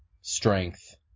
strength